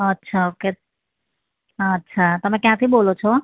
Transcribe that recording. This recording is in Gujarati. અચ્છા ઓકે અચ્છા તમે ક્યાંથી બોલો છો